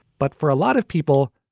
but for a lot of people,